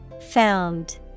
Found